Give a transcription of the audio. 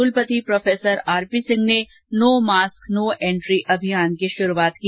कुलपति professor RP Singh ने आज नो मास्क नो एन्ट्री अभियान की शुरूआत की